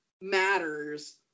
matters